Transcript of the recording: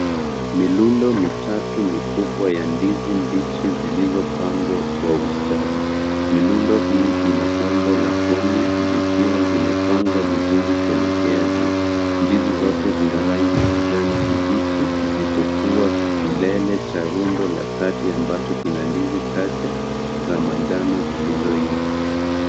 Mirundo mitatu mikubwa ya ndizi mbichi zilizopangwa kwa ustadi. Mirundo hii ina umbo la koni zikiwa zimepangwa vizuri kuelekea juu. Ndizi zote zina rangi ya kijani kibichi isipokuwa kilele cha rundo la kati, ambacho kina ndizi chache za manjano zilizoiva.